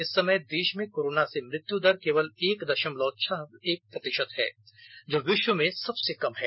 इस समय देश में कोरोना से मृत्यु दर केवल एक दशमलव छह एक प्रतिशत है जो विश्व में सबसे कम है